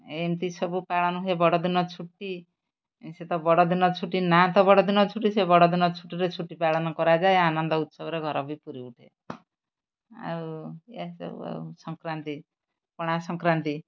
ଏମିତି ସବୁ ପାଳନ ହୁଏ ବଡ଼ଦିନ ଛୁଟି ସେ ତ ବଡ଼ଦିନ ଛୁଟି ନାଁ ତ ବଡ଼ଦିନ ଛୁଟି ସେ ବଡ଼ଦିନ ଛୁଟିରେ ଛୁଟି ପାଳନ କରାଯାଏ ଆନନ୍ଦ ଉତ୍ସବରେ ଘର ବି ପୁରୀ ଉଠେ ଆଉ ଏହା ସବୁ ଆଉ ସଂକ୍ରାନ୍ତି ପଣା ସଂକ୍ରାନ୍ତି